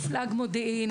מפלג מודיעין,